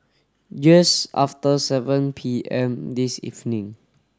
just after seven P M this evening